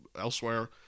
elsewhere